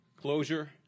closure